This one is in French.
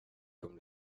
comme